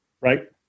right